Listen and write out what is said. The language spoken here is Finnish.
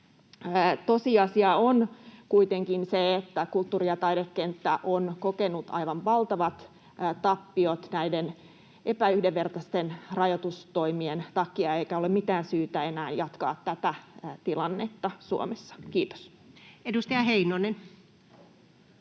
Tosiasia on kuitenkin se, että kulttuuri- ja taidekenttä on kokenut aivan valtavat tappiot näiden epäyhdenvertaisten rajoitustoimien takia, eikä ole mitään syytä enää jatkaa tätä tilannetta Suomessa. — Kiitos. [Speech